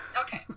Okay